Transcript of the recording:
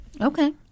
Okay